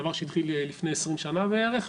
דבר שהתחיל לפני 20 שנה בערך,